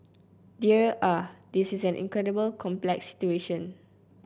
dear ah this is an incredibly complex situation